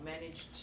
managed